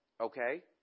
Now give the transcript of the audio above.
Okay